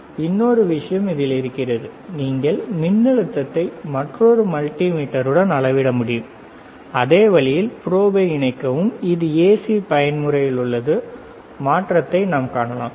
இன்னொரு விஷயம் இதில் இருக்கிறது நீங்கள் மின்னழுத்தத்தை மற்றொரு மல்டிமீட்டருடன் அளவிட முடியும் அதே வழியில் ப்ரோபை இணைக்கவும் இது ஏசி பயன்முறையில் உள்ளது மாற்றத்தை நாம் காணலாம் சரி